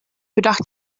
bedacht